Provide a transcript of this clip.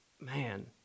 man